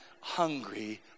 hungry